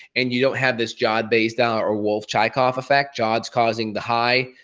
and you don't have this jod-basedow or wolff-chaikoff effect. jod's causing the high,